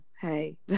hey